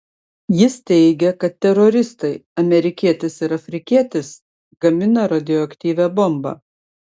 jis teigė kad teroristai amerikietis ir afrikietis gamina radioaktyvią bombą